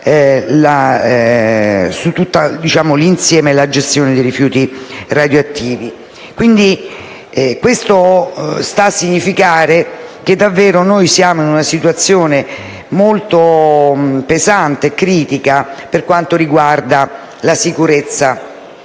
di tutto l'insieme della gestione dei rifiuti radioattivi. Quindi, ciò sta a significare che siamo davvero in una situazione molto pesante e critica per quanto riguarda la sicurezza